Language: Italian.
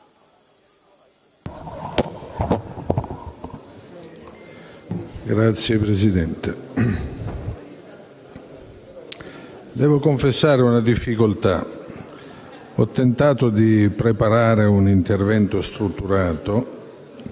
Signora Presidente, devo confessare una difficoltà. Ho tentato di preparare un intervento strutturato,